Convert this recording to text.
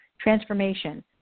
Transformation